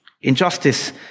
Injustice